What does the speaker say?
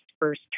first